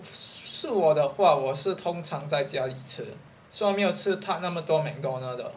是我的话我是通常在家里吃所以没有它那么多 Mcdonald 的